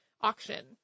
auction